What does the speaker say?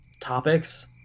topics